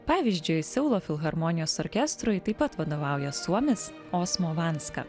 pavyzdžiui seulo filharmonijos orkestrui taip pat vadovauja suomis osmo vanska